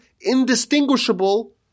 indistinguishable